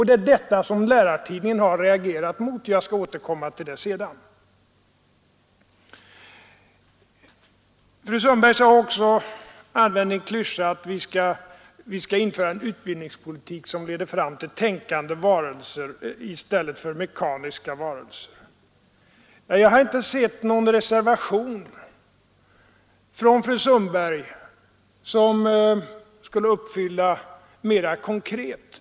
Det är detta som Lärartidningen reagerat mot — jag skall återkomma till det sedan. Fru Sundberg använde också klyschan att vi skall införa en utbildningspolitik som leder fram till tänkande varelser i stället för mekaniska varelser. Jag har inte sett någon reservation från fru Sundberg som mera konkret skulle uppfylla det önskemålet.